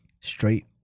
straight